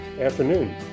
afternoon